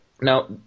Now